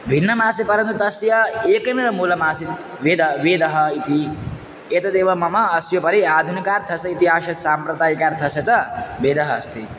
भिन्नमासीत् परन्तु तस्य एकमेव मूलमासीत् वेदः वेदः इति एतदेव मम अस्युपरि आधुनिकार्थस्य इतिहासस्य साम्प्रदायिकार्थस्य च भेदः अस्ति